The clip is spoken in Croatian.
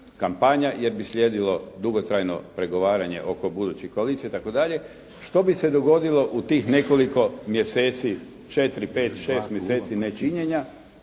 jer bi slijedilo dugotrajno pregovaranje oko buduće koalicije itd. Što bi se dogodilo u tih nekoliko mjeseci – 4,5, 6 mjeseci nečinjenja.